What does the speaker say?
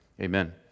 Amen